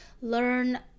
learn